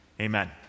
Amen